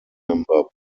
member